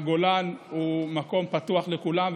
הגולן הוא מקום פתוח לכולם,